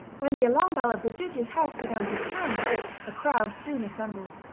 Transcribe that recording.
when the alarm bell of the judge's house began to sound a crowd soon assembled.